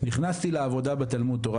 "נכנסתי לעבודה בתלמוד תורה,